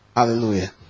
Hallelujah